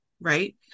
right